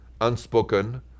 unspoken